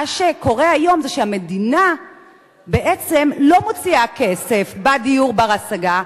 מה שקורה היום זה שהמדינה בעצם לא מוציאה כסף בדיור בר-השגה,